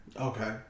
Okay